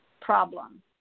problem